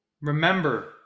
remember